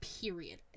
Period